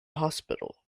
hospital